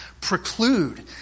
preclude